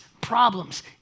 Problems